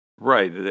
Right